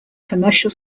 commercial